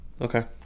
Okay